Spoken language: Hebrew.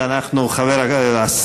ולשר